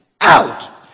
out